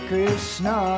Krishna